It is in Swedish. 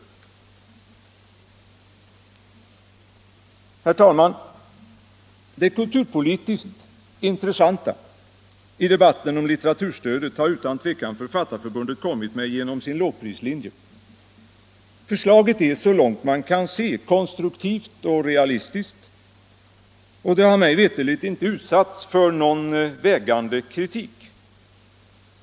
Herr talman! Det kulturpolitiskt intressantaste inslaget i debatten om litteraturstödet har utan tvivel Författarförbundet kommit med genom sin lågprislinje. Förslaget är så långt man kan se konstruktivt och realistiskt, och det har mig veterligt inte utsatts för någon vägande kritik.